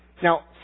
Now